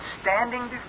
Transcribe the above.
standing